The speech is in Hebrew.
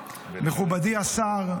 מכובדי השר,